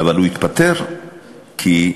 אבל הוא התפטר כי,